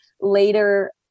later